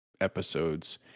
episodes